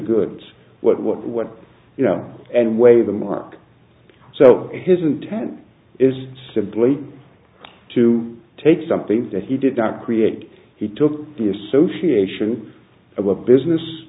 goods what what what you know and way the mark so his intent is simply to take something that he did not create he took the association of a business